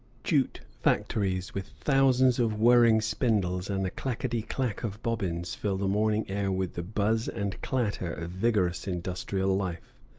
jute factories with thousands of whirring spindles and the clackety-clack of bobbins fill the morning air with the buzz and clatter of vigorous industrial life.